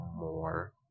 more